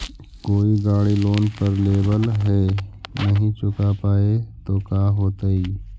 कोई गाड़ी लोन पर लेबल है नही चुका पाए तो का होतई?